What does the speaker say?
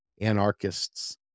anarchists